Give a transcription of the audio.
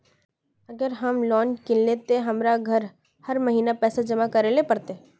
अगर हम लोन किनले ते की हमरा हर महीना पैसा जमा करे ले पड़ते?